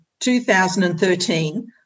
2013